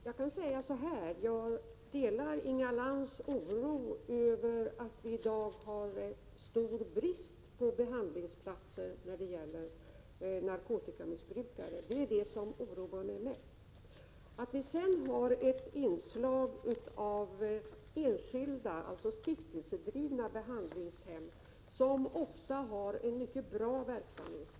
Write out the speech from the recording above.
Herr talman! Jag delar Inga Lantz oro över att vi i dag har en stor brist på behandlingsplatser för narkotikamissbrukare. Det är vad som oroar mig mest. Sedan har vi ju ett inslag av enskilda, stiftelsedrivna behandlingshem, som ofta har en mycket bra verksamhet.